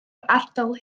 ardal